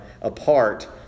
apart